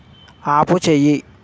ఆపుచెయ్యి